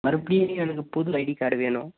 மறுபடியும் எனக்கு புது ஐடி கார்டு வேணும்